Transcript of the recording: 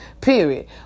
Period